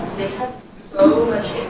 have so